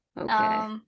Okay